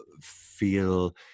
feel